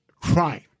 crime